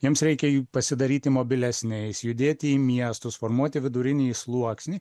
jiems reikia pasidaryti mobilesniais judėti į miestus formuoti vidurinįjį sluoksnį